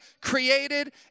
created